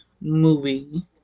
movie